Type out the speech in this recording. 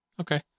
Okay